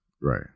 Right